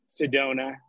sedona